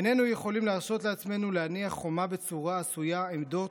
איננו יכולים להרשות לעצמנו להניח חומה בצורה עשויה עמדות,